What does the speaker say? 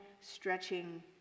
stretching